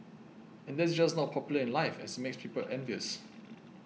and that's just not popular in life as it makes people envious